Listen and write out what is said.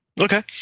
Okay